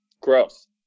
gross